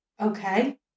Okay